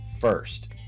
first